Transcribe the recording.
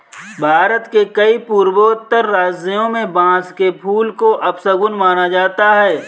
भारत के कई पूर्वोत्तर राज्यों में बांस के फूल को अपशगुन माना जाता है